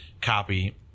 copy